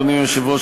אדוני היושב-ראש,